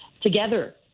together